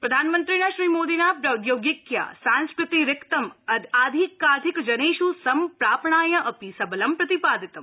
प्रधानमन्त्रिणा श्रीमोदिना प्रौद्योगिक्या सांस्कृतिक रिक्थं अधिकाधिकजनेष् सम्प्रापणाय अपि सबलं प्रतिपादितम्